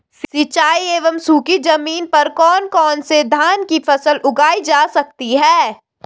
सिंचाई एवं सूखी जमीन पर कौन कौन से धान की फसल उगाई जा सकती है?